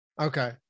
Okay